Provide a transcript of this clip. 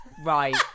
Right